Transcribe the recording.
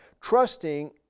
Trusting